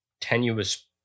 tenuous